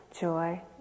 joy